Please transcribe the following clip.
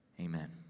amen